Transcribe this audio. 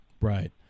Right